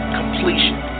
completion